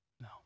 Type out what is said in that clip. No